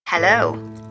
Hello